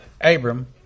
Abram